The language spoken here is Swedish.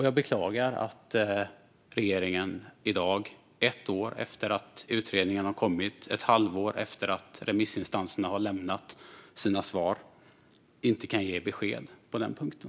Jag beklagar att regeringen i dag, ett år efter att utredningen kom och ett halvår efter att remissinstanserna lämnade sina svar, inte kan ge besked på den punkten.